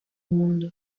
mundo